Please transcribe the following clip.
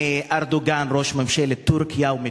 מארדואן, ראש ממשלת טורקיה, ומטורקיה.